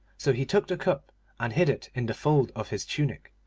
so he took the cup and hid it in the fold of his tunic,